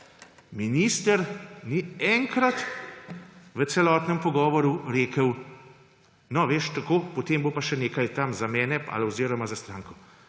Minister ni enkrat v celotnem pogovoru rekel: »No, veš tako, potem bo pa še nekaj tam za mene oziroma za stranko.«